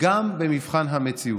גם במבחן המציאות.